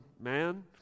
man